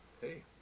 Hey